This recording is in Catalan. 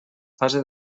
fase